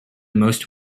most